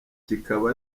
kikaba